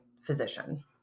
physician